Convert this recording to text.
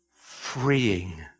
freeing